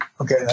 Okay